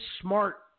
smart